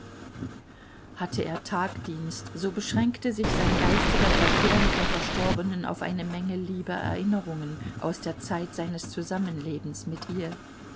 hatte er tagdienst so beschränkte sich sein geistiger verkehr mit der verstorbenen auf eine menge lieber erinnerungen aus der zeit seines zusammenlebens mit ihr